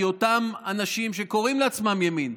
כי אותם אנשים שקוראים לעצמם ימין,